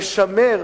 לשמר,